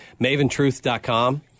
Maventruth.com